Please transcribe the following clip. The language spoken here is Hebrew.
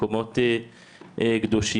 מקומות קדושים.